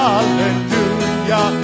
Hallelujah